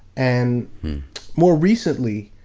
and more recently,